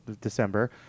december